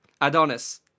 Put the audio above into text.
Adonis